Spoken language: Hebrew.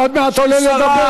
אתה עוד מעט עולה לדבר,